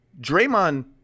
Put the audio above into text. Draymond